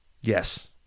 Yes